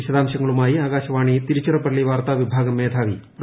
വിശദാംശങ്ങളുമായി ആകാശവാണി തിരുച്ചിറപ്പള്ളി വാർത്താവിഭാഗം മേധാവി ഡോ